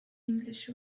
english